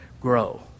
grow